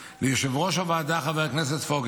ליושב-ראש הוועדה, חבר הכנסת פוגל,